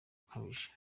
ukabije